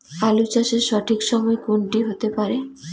আলু চাষের সঠিক সময় কোন টি হতে পারে?